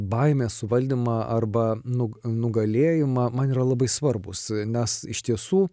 baimę suvaldymą arba nugalėjimą man yra labai svarbūs nes iš tiesų